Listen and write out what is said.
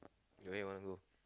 you where you want to go